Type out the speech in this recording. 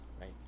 right